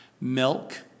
Milk